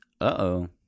Uh-oh